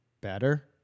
better